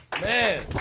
man